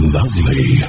lovely